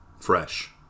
fresh